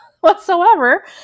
Whatsoever